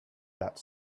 that